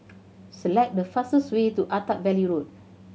select the fastest way to Attap Valley Road